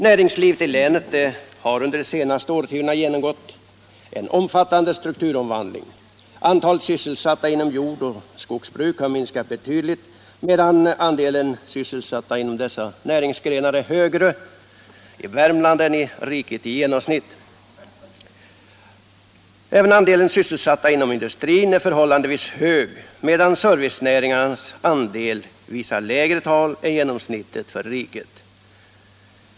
Näringslivet i länet har under de senaste årtiondena genomgått en omfattande strukturomvandling. Antalet sysselsatta inom jordoch skogsbruket har minskat betydligt, men andelen sysselsatta inom dessa näringsgrenar är högre än i riket i genomsnitt. Även andelen sysselsatta inom industrin är förhållandevis hög, medan servicenäringarnas andel visar lägre tal än genomsnittet för riket.